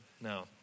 No